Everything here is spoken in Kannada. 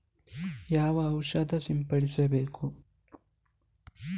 ಯಾವ ಔಷಧ ಸಿಂಪಡಿಸಬೇಕು?